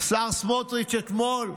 השר סמוטריץ' אתמול,